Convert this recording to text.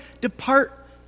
depart